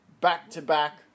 back-to-back